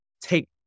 take